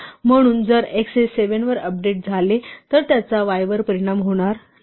म्हणून जर x हे 7 वर अपडेट झाले तर त्याचा y वर परिणाम होणार नाही